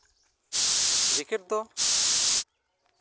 ᱡᱮᱠᱮᱹᱴ ᱫᱚ